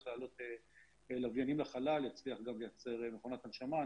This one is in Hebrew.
להעלות לוויינים לחלל יצליח גם לייצר מכונת הנשמה.